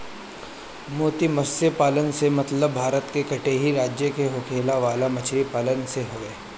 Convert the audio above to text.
मोती मतस्य पालन से मतलब भारत के तटीय राज्य में होखे वाला मछरी पालन से हवे